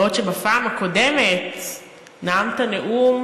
בעוד שבפעם הקודמת נאמת נאום